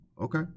okay